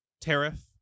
Tariff